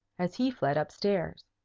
as he fled up-stairs.